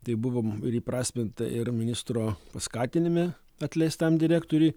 tai buvo ir įprasminta ir ministro paskatinime atleistam direktoriui